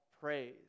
praise